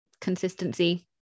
consistency